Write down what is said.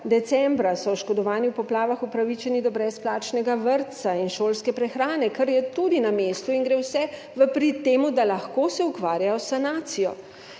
decembra so oškodovani v poplavah upravičeni do brezplačnega vrtca in šolske prehrane, kar je tudi na mestu in gre vse v prid temu, da lahko se ukvarjajo s sanacijo